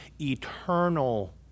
eternal